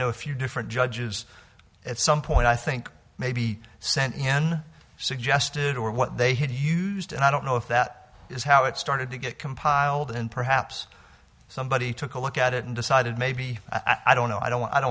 know a few different judges at some point i think maybe send in suggested or what they had used and i don't know if that is how it started to get compiled in perhaps somebody took a look at it and decided maybe i don't know i don't i don't